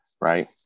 right